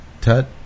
Tut